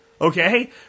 Okay